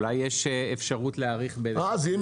שאולי יש אפשרות להאריך --- אז אם